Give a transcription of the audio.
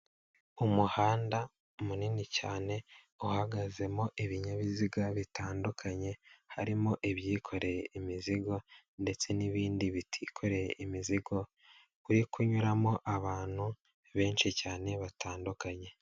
Umuhanda munini cyane uhagazemo ibinyabiziga bitandukanye harimo ibyikoreye imizigo ndetse n'ibindi bitikoreye imizigo, uri kunyuramo abantu benshi cyane batandukanye.